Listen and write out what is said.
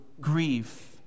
grief